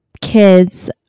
kids